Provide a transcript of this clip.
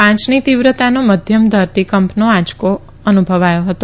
પની તીવ્રતાનો મધ્યમ ધરતીકંપનો આંચકો આવ્યો હતો